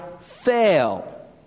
fail